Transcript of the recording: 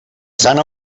sant